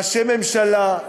ראשי ממשלה,